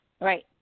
Right